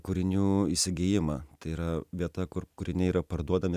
kūrinių įsigijimą tai yra vieta kur kūriniai yra parduodami